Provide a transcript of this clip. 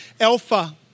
Alpha